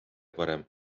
parem